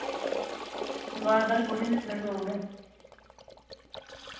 दुकान साढ़ी खु'ल्ली होंदी सवेरे नौ बजे